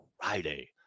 Friday